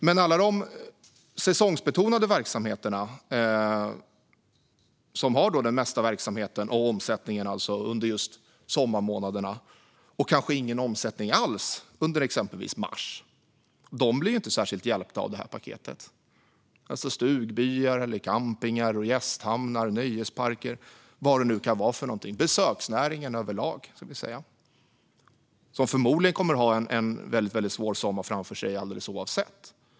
Men alla de säsongsbetonade verksamheterna, som har mest verksamhet och störst omsättning under just sommarmånaderna och kanske ingen omsättning alls under exempelvis mars, blir ju inte särskilt hjälpta av det här paketet. Stugbyar, campingar, gästhamnar och vad det nu kan vara - besöksnäringen överlag - kommer förmodligen att ha en väldigt svår sommar framför sig alldeles oavsett.